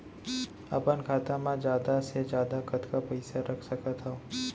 अपन खाता मा जादा से जादा कतका पइसा रख सकत हव?